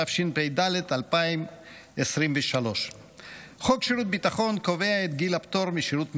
התשפ"ד 2023. חוק שירות ביטחון קובע את גיל הפטור משירות מילואים: